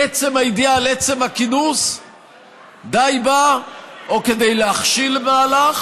עצם הידיעה על עצם הכינוס די בה או להכשיל מהלך